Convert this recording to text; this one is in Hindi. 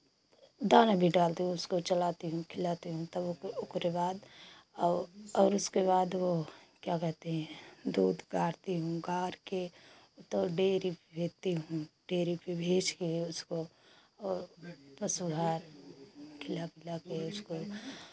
दाना भी डालती हूँ उसको चलाती हूँ खिलाती हूँ तब उकरे बाद और और उसके बाद वो क्या कहते हैं दूध गारती हूँ गार के तो डेरी पे भेजती हूँ डेरी पे भेज के उसको बस उधर खिला पिला के उसको